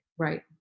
Right